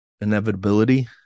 inevitability